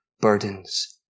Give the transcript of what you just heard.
burdens